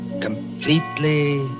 completely